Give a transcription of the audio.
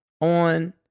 on